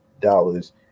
dollars